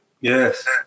Yes